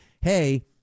hey